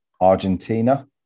Argentina